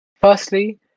Firstly